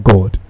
God